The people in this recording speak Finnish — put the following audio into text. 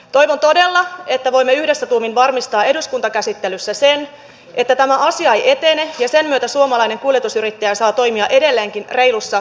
toivon todella että voimme yhdessä tuumin varmistaa eduskuntakäsittelyssä sen että tämä asia ei etene ja sen myötä suomalainen kuljetusyrittäjä saa toimia edelleenkin reilussa kilpailuympäristössä